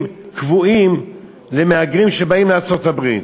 קבועים למהגרים שבאים לארצות-הברית.